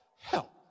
help